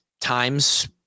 times